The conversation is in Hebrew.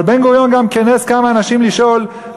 אבל בן-גוריון גם כינס כמה אנשים לשאול,